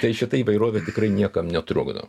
tai šita įvairovė tikrai niekam netrukdo